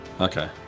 Okay